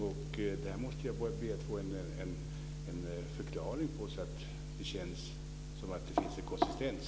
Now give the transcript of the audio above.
Jag måste be om att få en förklaring till det, så att det känns som att det finns en konsistens.